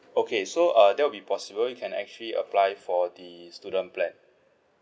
okay so uh that will be possible you can actually apply for the student plan